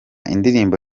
indirimbo